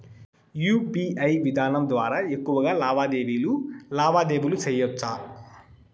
UPI విధానం ద్వారా ఎక్కువగా లావాదేవీలు లావాదేవీలు సేయొచ్చా?